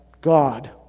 God